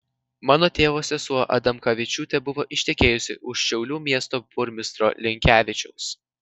mano tėvo sesuo adamkavičiūtė buvo ištekėjusi už šiaulių miesto burmistro linkevičiaus